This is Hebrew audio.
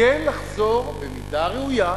כן לחזור במידה ראויה,